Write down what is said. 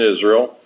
Israel